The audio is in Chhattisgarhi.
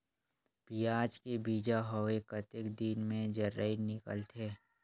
पियाज के बीजा हवे कतेक दिन मे जराई निकलथे?